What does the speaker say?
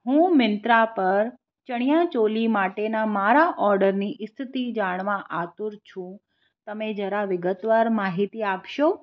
હું મિન્ત્રા પર ચણીયા ચોલી માટેના મારા ઓર્ડરની સ્થિતિ જાણવા આતુર છું તમે જરા વિગતવાર માહિતી આપશો